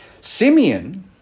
Simeon